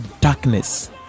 darkness